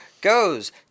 goes